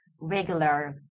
regular